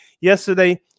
yesterday